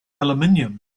aluminium